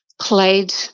played